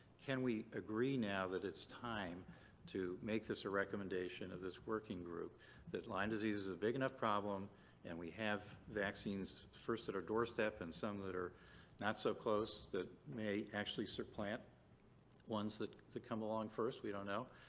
can we agree now that it's time to make this a recommendation of this working group that lyme disease is a big enough problem and we have vaccines first at our doorstep and some that are not so close that may actually supplant ones that could come along first. we don't know.